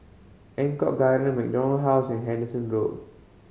Eng Kong Garden MacDonald House and Henderson Road